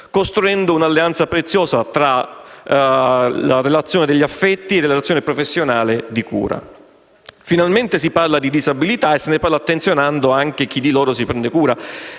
costruendo un'alleanza preziosa tra relazione degli affetti e relazione professionale di cura. Finalmente si parla di disabilità e lo di fa attenzionando anche chi si prende cura